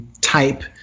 Type